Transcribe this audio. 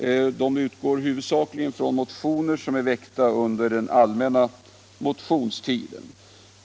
Reservationerna utgår huvudsakligen från de motioner som väckts under den allmänna motionstiden.